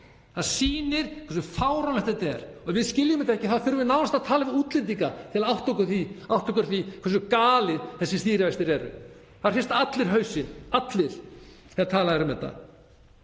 það sýnir hversu fáránlegt þetta er. Ef við skiljum þetta ekki þá þurfum við nánast að tala við útlendinga til að átta okkur á því hversu galnir þessir stýrivextir eru. Það hrista allir hausinn þegar talað er um þetta.